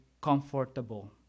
comfortable